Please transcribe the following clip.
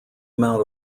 amount